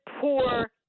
poor